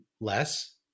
less